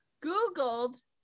googled